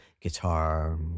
guitar